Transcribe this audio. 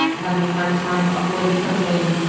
or having a hard time uploading something,